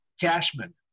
Cashman